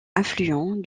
affluent